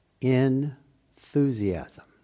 Enthusiasm